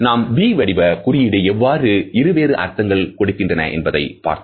நாம் V வடிவ குறியீடு எவ்வாறு இருவேறு அர்த்தங்கள் கொடுக்கின்றது என்பதை பார்த்தோம்